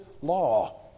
law